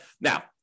Now